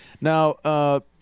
Now